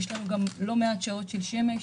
יש לנו לא מעט שעות של שמש.